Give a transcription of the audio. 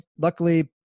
luckily